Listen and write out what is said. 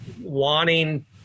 wanting